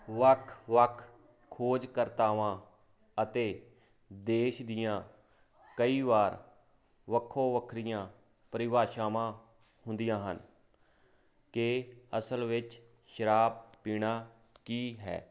ਵੱਖ ਵੱਖ ਖੋਜਕਰਤਾਵਾਂ ਅਤੇ ਦੇਸ਼ ਦੀਆਂ ਕਈ ਵਾਰ ਵੱਖੋ ਵੱਖਰੀਆਂ ਪਰਿਭਾਸ਼ਾਵਾਂ ਹੁੰਦੀਆਂ ਹਨ ਕਿ ਅਸਲ ਵਿੱਚ ਸ਼ਰਾਬ ਪੀਣਾ ਕੀ ਹੈ